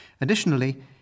Additionally